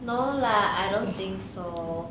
no lah I don't think so